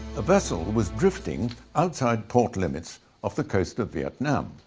a vessel was drifting outside port limits of the coast of vietnam.